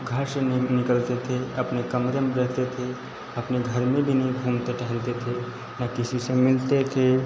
घर से नि निकलते थे अपने कमरे में रहते थे अपने घर में भी नि घूमते टहलते थे ना किसी से मिलते थे